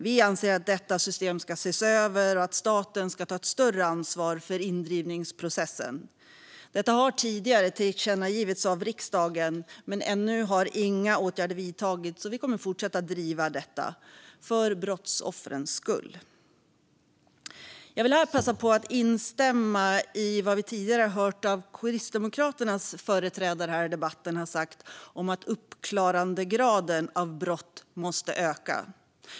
Vi anser att detta system ska ses över och att staten ska ta ett större ansvar för indrivningsprocessen. Detta har tidigare tillkännagivits av riksdagen, men ännu har inga åtgärder vidtagits, och vi kommer att fortsätta att driva detta för brottsoffrens skull. Jag vill här passa på att instämma i vad Kristdemokraternas företrädare har sagt här tidigare i debatten om att uppklarandegraden av brott måste öka.